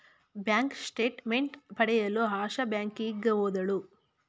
bank statement ಪಡೆಯಲು ಆಶಾ ಬ್ಯಾಂಕಿಗೆ ಹೋದಳು